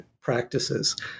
practices